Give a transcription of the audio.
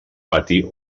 pati